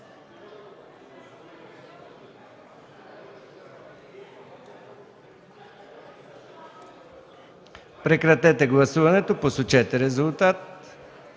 Прекратете гласуването, посочете резултат.